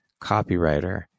copywriter